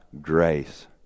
grace